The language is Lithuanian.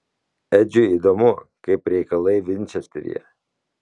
edžiui įdomu kaip reikalai vinčesteryje